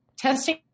Testing